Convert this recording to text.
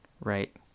right